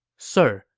sir,